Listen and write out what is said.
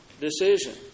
decision